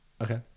Okay